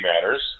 matters